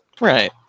Right